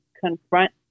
confront